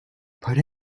put